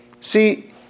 See